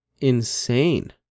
insane